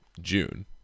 June